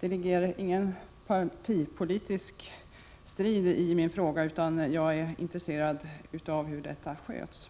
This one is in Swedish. Det ligger ingen partipolitisk strid i min fråga, utan jag är bara intresserad av hur detta sköts.